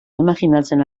imajinatzen